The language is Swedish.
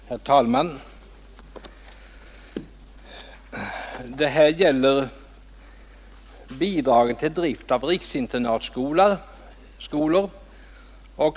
Herr talman! Punkten 13 gäller Bidrag till driften av riksinternatskolor.